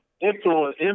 influence